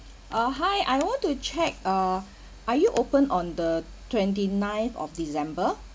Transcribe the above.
uh hi I want to check uh are you open on the twenty-nine of december